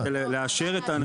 לא, לאשר את האנשים.